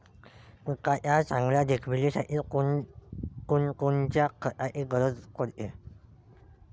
पिकाच्या चांगल्या देखभालीसाठी कोनकोनच्या खताची गरज पडते?